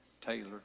Taylor